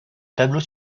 tableau